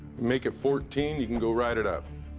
make it fourteen, you can go write it up.